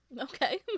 Okay